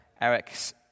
Eric's